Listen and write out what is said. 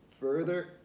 further